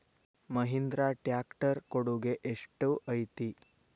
Mahindra tractor ಕೊಡುಗೆ ಎಷ್ಟು ಐತಿ?